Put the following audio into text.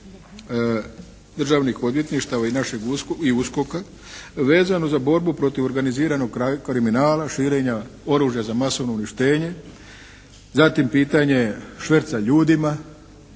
državnih odvjetništava i našeg, i USKOK-a vezano za borbu protiv organiziranog kriminala, širenja oružja za masovno uništenje. Zatim pitanje šverca ljudima,